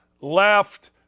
left